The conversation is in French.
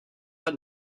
pas